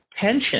tension